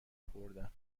خوردم